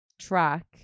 track